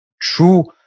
true